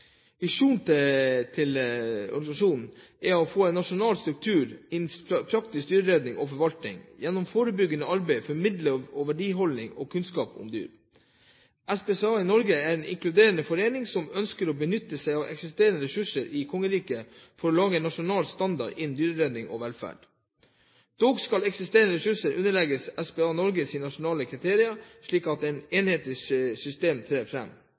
Visjonen til organisasjonen er å få en nasjonal struktur innen praktisk dyreredning og -forvaltning og gjennom forebyggende arbeid formidle en verdiholdning og kunnskap om dyr. SPCA Norge er en inkluderende forening som ønsker å benytte seg av eksisterende ressurser i kongeriket for å lage en nasjonal standard innen dyreredning og -velferd – dog skal eksisterende ressurser underlegges SPCA Norges nasjonale kriterier, slik at et enhetlig system